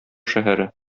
шәһәре